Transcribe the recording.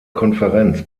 konferenz